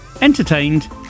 entertained